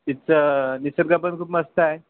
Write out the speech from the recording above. तिचं निसर्ग पण खूप मस्त आहे